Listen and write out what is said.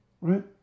right